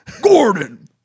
Gordon